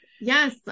Yes